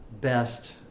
best